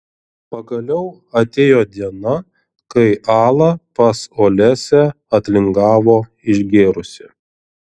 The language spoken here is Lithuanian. pagaliau atėjo diena kai ala pas olesią atlingavo išgėrusi